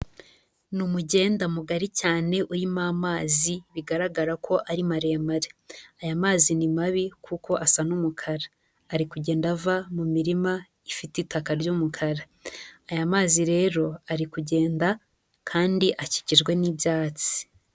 Ni umugenda mugari cyane urimo amazi bigaragara ko ari maremare, aya mazi ni mabi kuko asa n'umukara ari kugenda ava mu mirima ifite itaka ry'umukara aya mazi rero ari kugenda kandi akikijwe n'ibyatsi.